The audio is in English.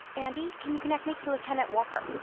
andi, can you connect me to lieutenant walker?